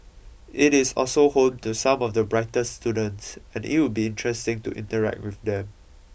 it is also home to some of the brightest students and it would be interesting to interact with them